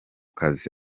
kazi